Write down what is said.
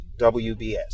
WBS